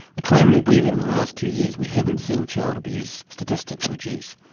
the claim will be that in the last two years we haven't seen child abuse statistics reduce,